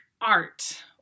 art